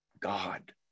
God